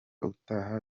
utaha